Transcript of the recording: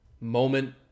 moment